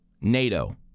NATO